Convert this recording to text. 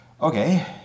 Okay